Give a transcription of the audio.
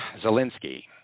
Zelensky